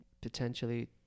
potentially